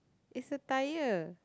is a tire